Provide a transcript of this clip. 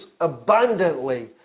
abundantly